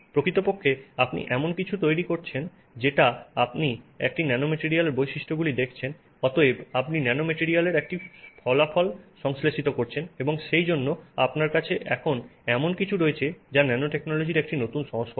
প্রকৃতপক্ষে আপনি এমন কিছু তৈরি করেছেন যেটাতে আপনি একটি ন্যানোম্যাটরিয়ালের বৈশিষ্ট্যগুলি দেখছেন অতএব আপনি ন্যানোমেটেরিয়ালের একটি ফলাফল সংশ্লেষিত করেছেন এবং সেইজন্য আপনার কাছে এখন এমন কিছু রয়েছে যা ন্যানোটেকনোলজির একটি নতুন সংস্করণ